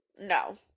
No